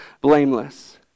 blameless